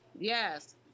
Yes